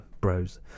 Bros